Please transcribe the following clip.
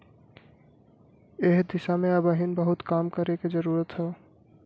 एह दिशा में अबहिन बहुते काम करे के जरुरत हौ